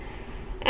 and